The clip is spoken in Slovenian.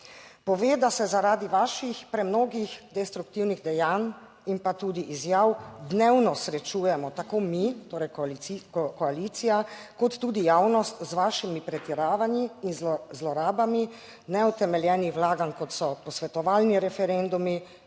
pove, da se zaradi vaših premnogih destruktivnih dejanj in pa tudi izjav dnevno srečujemo tako mi, torej koalicija, kot tudi javnost z vašimi pretiravanji in zlorabami neutemeljenih vlaganj kot so posvetovalni referendumi,